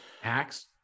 Hacks